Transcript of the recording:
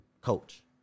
Coach